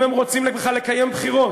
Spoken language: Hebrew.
אם הם רוצים בכלל לקיים בחירות.